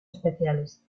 especiales